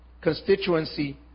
constituency